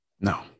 No